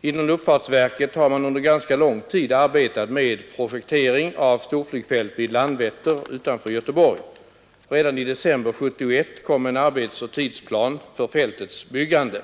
Inom luftfartsverket har man under ganska lång tid arbetat med projektering av ett storflygfält vid Landvetter utanför Göteborg. Redan i december 1971 kom en arbetsoch tidsplan för fältets byggande.